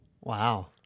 Wow